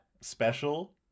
special